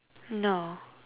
no